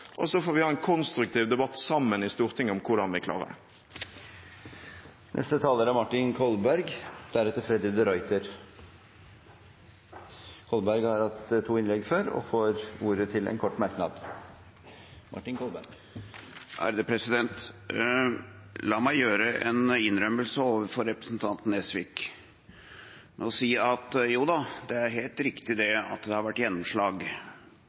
og så får vi ha en konstruktiv debatt sammen i Stortinget om hvordan vi klarer det. Representanten Martin Kolberg har hatt ordet to ganger og får ordet til en kort merknad, begrenset til 1 minutt. La meg gjøre en innrømmelse overfor representanten Nesvik ved å si at jo da, det er helt riktig at det har vært gjennomslag,